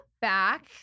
back